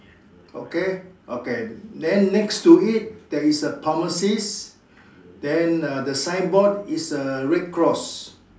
okay okay then next to it there is a pharmacist then uh the sign board is a red cross